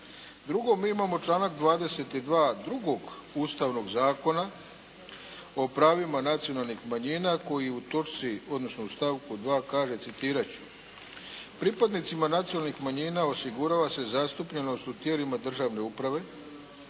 Drugo, mi imamo članak 22. drugog Ustavnog zakona o pravima nacionalnih manjina koji u točci, odnosno u stavku 2. kaže, citirat ću: "Pripadnicima nacionalnih manjina osigurava se zastupljenost u tijelima državne uprave